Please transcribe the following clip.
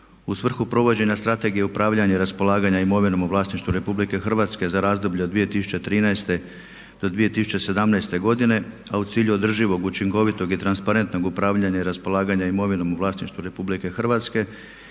U svrhu provođenja Strategije upravljanja i raspolaganja imovinom u vlasništvu RH za razdoblje od 2013.-2017.godine a u cilju održivog, učinkovitog i transparentnog upravljanja i raspolaganja imovinom u vlasništvu RH i sa